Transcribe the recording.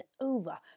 over